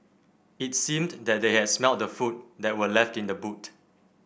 it seemed that they had smelt the food that were left in the boot